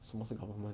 什么是 government